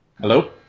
Hello